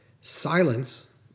Silence